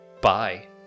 Bye